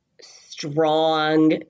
strong